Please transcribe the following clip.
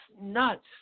nuts